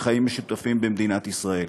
לחיים משותפים במדינת ישראל.